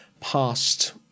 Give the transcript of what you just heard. past